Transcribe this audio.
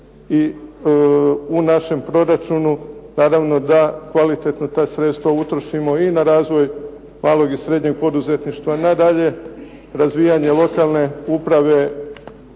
i u našem proračunu naravno da kvalitetno ta sredstva utrošimo i na razvoj malog i srednjeg poduzetništva, nadalje razvijanje lokalne uprave,